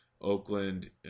Oakland